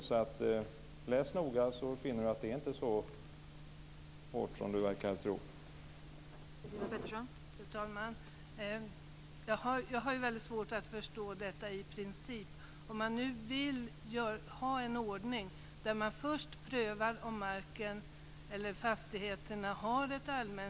Om man läser noga ska man alltså finna att skrivningen inte är så hård som Christina Pettersson verkar tro.